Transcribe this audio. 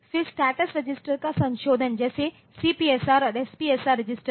फिर status register का संशोधन जैसे CPSR और SPSR रजिस्टर